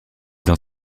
dans